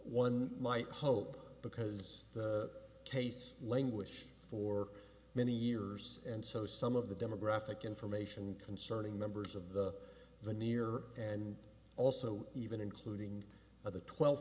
might hope because the case language for many years and so some of the demographic information concerning members of the the near and also even including of the twel